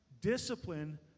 Discipline